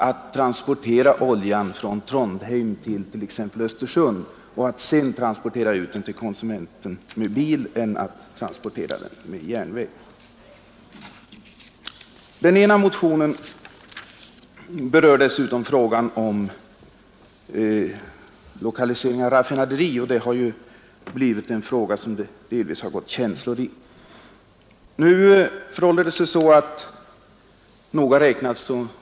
att transportera oljan från Trondheim till t.ex. Östersund i rörledning och sedan transportera ut den till konsumenten med bil jämfört med att transportera den med järnväg. En av motionerna berör dessutom lokalisering av raffinaderi. Det har ju blivit en fråga som det delvis gått känslor i.